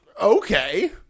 Okay